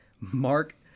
Mark